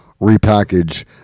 repackage